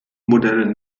modelle